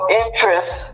interest